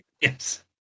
Yes